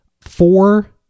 four